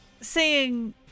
seeing